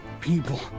people